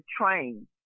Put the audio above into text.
train